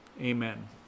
amen